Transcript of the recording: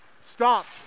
Stopped